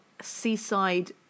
seaside